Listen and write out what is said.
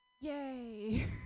yay